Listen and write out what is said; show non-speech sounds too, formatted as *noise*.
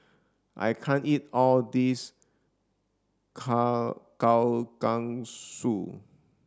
I can't eat all this *unintelligible*